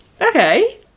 Okay